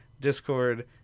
Discord